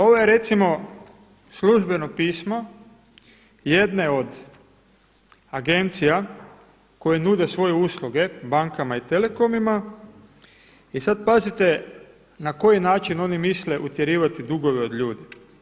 Ovo je recimo službeno pismo jedne od agencija koje nude svoje usluge bankama i telekomima i sada pazite na koji način oni misle utjerivati dugove od ljudi.